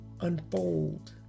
unfold